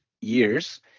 years